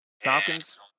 Falcons